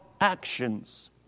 actions